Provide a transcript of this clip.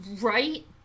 Right